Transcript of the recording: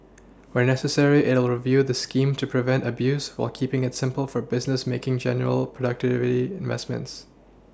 where necessary it will review the scheme to prevent abuse while keePing it simple for businesses making genuine productivity investments